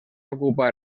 ocupar